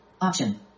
option